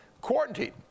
quarantine